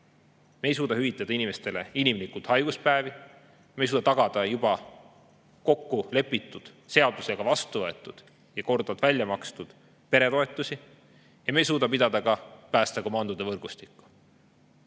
Me ei suuda hüvitada inimestele inimlikult haiguspäevi, me ei suuda tagada juba kokku lepitud, seadusega vastu võetud ja korduvalt välja makstud peretoetusi ja me ei suuda ülal pidada ka päästekomandode võrgustikku.